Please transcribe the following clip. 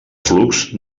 flux